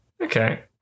Okay